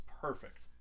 perfect